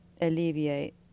alleviate